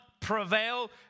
prevail